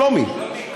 שלומיק.